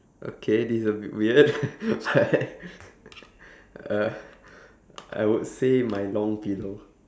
okay this is a bit weird but I uh I would say my long pillow